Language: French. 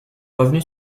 revenu